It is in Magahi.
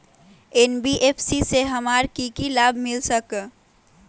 एन.बी.एफ.सी से हमार की की लाभ मिल सक?